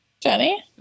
Jenny